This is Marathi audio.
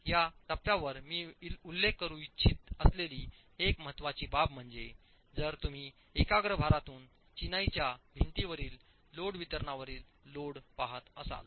या टप्प्यावर मी उल्लेख करू इच्छित असलेली एक महत्त्वाची बाब म्हणजे जर तुम्ही एकाग्र भारातून चिनाईच्या भिंतीवरील लोड वितरणावरील लोड पाहत असाल